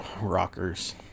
Rockers